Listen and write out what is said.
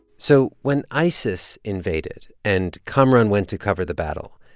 so when isis invaded and kamaran went to cover the battle,